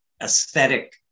aesthetic